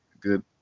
good